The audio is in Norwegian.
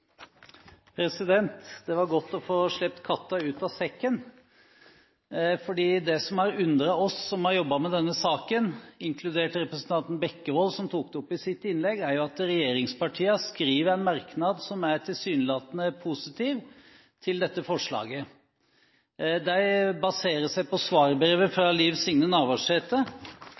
feil? Det var godt å få sluppet katta ut av sekken, for det som har undret oss som har jobbet med denne saken, inkludert representanten Bekkevold, som tok det opp i sitt innlegg, er at regjeringspartiene skriver en merknad som tilsynelatende er positiv til dette forslaget. De baserer seg på svarbrevet fra statsråd Liv Signe Navarsete,